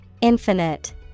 Infinite